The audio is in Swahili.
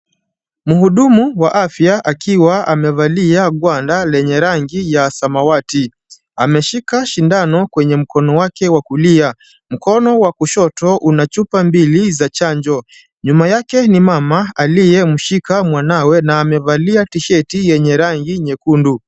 Mhudumu wa afya akiwa amevalia gwanda lenye rangi ya samawati ameshika sindano kwenye mkono wake wa kulia. Mkono wa kushoto una chupa mbili za chanjo. Nyuma yake ni mama aliyemshika mwanawe na amevalia tisheti yenye rangi nyekundu.